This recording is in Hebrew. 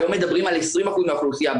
היום מדברים על 20% מהאוכלוסייה,